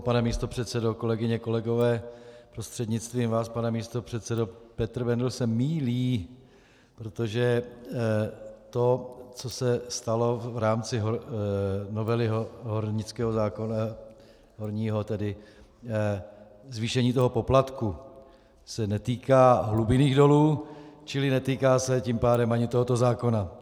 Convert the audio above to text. Pane místopředsedo, kolegyně a kolegové, prostřednictvím vás, pane místopředsedo, Petr Bendl se mýlí, protože to, co se stalo v rámci novely hornického zákona tedy horního, zvýšení toho poplatku se netýká hlubinných dolů, čili netýká se tím pádem ani tohoto zákona.